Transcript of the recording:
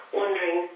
wondering